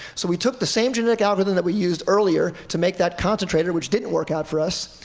so we took the same genetic algorithm that we used earlier to make that concentrator, which didn't work out for us,